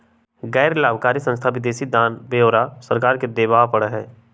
गैर लाभकारी संस्था के विदेशी दान के ब्यौरा सरकार के देवा पड़ा हई